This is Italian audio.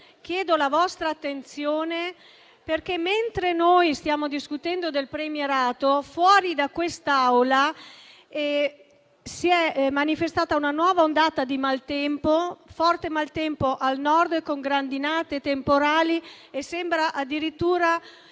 chiedo la vostra attenzione perché, mentre noi stiamo discutendo del premierato, fuori da quest'Aula si è manifestata una nuova ondata di maltempo forte al Nord, con grandinate e temporali, e sembra addirittura